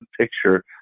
picture